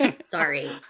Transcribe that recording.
Sorry